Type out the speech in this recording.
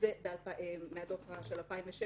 שזה מהדוח של 2016,